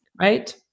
right